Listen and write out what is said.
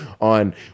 on